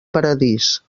paradís